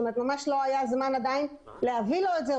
זאת אומרת ממש לא היה זמן עדיין להביא לו את זה.